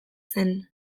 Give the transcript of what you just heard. zen